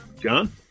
John